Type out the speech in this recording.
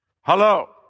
Hello